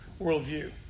worldview